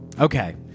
Okay